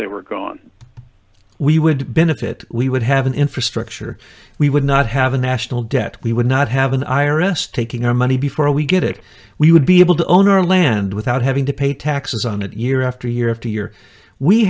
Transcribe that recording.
they were gone we would benefit we would have an infrastructure we would not have a national debt we would not have an i r s taking our money before we get it we would be able to own our land without having to pay taxes on it year after year after year we